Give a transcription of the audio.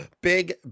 Big